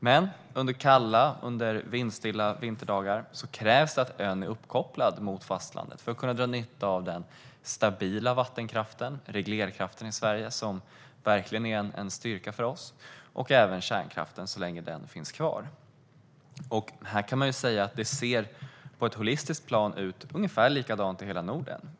Men under kalla och vindstilla vinterdagar krävs det att ön är uppkopplad mot fastlandet för att dra nytta av den stabila svenska vattenkraften, reglerkraften, som verkligen är en styrka för oss, och kärnkraften, så länge den finns kvar. På ett holistiskt plan ser det ungefär likadant ut i hela Norden.